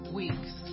weeks